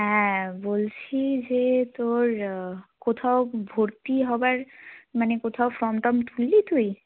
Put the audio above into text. হ্যাঁ বলছি যে তোর কোথাও ভর্তি হবার মানে কোথাও ফর্ম টম তুললি তুই